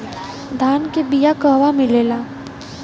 धान के बिया कहवा मिलेला?